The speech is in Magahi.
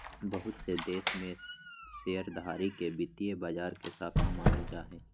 बहुत से देश में शेयरधारी के वित्तीय बाजार के शाख मानल जा हय